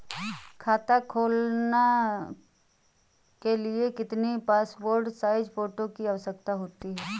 खाता खोलना के लिए कितनी पासपोर्ट साइज फोटो की आवश्यकता होती है?